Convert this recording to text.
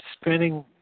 spending